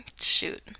Shoot